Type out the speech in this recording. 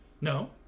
No